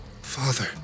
Father